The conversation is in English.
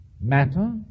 Matter